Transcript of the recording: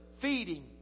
Feeding